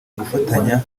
ugufatanya